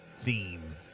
theme